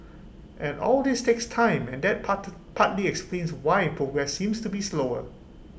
and all this takes time and that part partly explains why progress seems to be slower